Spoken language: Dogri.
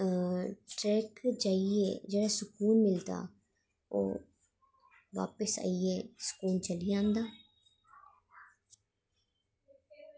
ट्रैक पर जाइयै जेह्ड़ा स्कून मिलदा ओह् बापस आइयै स्कून चली जंदा